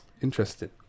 Interesting